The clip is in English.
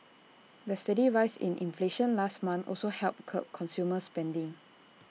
the steady rise in inflation last month also helped curb consumer spending